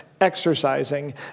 exercising